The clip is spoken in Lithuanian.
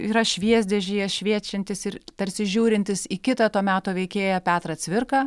yra šviesdėžėje šviečiantis ir tarsi žiūrintis į kitą to meto veikėją petrą cvirką